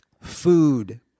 food